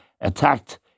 attacked